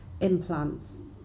implants